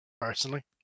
personally